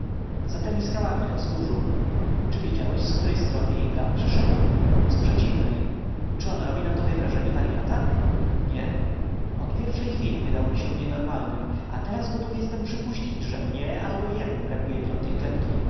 ukrywał za temi skałami na wzgórzu czy widziałeś z której strony jej brat przyszedł z przeciwnej czy on robi na tobie wrażenie waryata nie od pierwszej chwili wydał mi się nienormalnym a teraz gotów jestem przypuścić że mnie albo jemu braknie piątej klepki